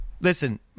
Listen